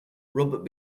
robert